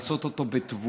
לעשות אותו בתבונה,